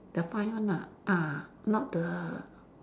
the fine one ah ah not the